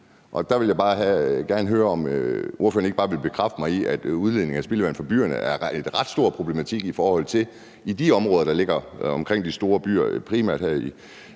ikke vil bekræfte mig i, at udledning af spildevand fra byerne er en ret stor problematik i de områder, der ligger omkring de store byer, primært her i